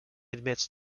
admits